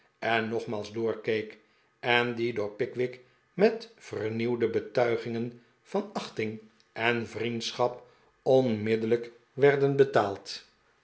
en nogmaals doorkeek en die door pickwick met vernieuwde betuigingen van achting en vriendschap onmiddellijk werden betaald